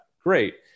great